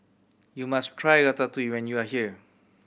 you must try Ratatouille when you are here